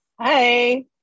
Hi